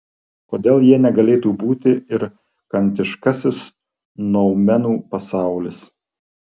kodėl ja negalėtų būti ir kantiškasis noumenų pasaulis